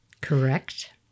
Correct